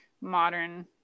modern